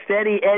Steady